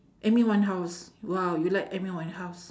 amy-winehouse !wow! you like amy-winehouse